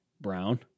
brown